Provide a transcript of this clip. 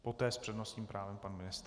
Poté s přednostním právem pan ministr.